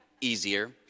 easier